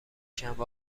شنبه